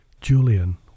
Julian